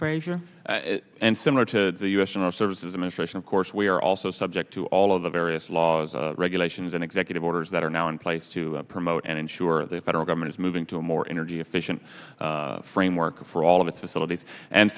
similar to the u s general services administration of course we are also subject to all of the various laws regulations and executive orders that are now in place to promote and ensure the federal government is moving to a more energy efficient framework for all of its facilities and